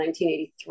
1983